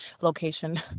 location